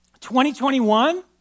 2021